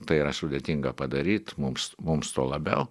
tai yra sudėtinga padaryt mums mums tuo labiau